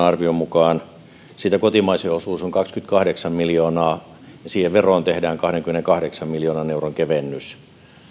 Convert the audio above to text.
arvion mukaan kolmekymmentäneljä miljoonaa siitä kotimaisen osuus on kaksikymmentäkahdeksan miljoonaa ja siihen veroon tehdään kahdenkymmenenkahdeksan miljoonan euron kevennys